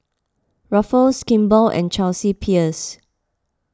Ruffles Kimball and Chelsea Peers